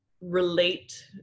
relate